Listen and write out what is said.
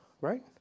right